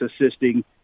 assisting